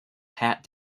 pat